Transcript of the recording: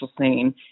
scene